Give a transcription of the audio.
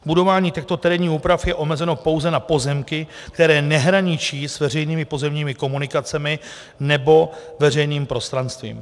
Budování těchto terénních úprav je omezeno pouze na pozemky, které nehraničí s veřejnými pozemními komunikacemi nebo veřejným prostranstvím.